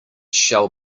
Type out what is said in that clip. shall